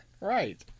right